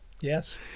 Yes